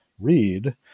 read